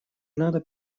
надо